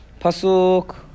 pasuk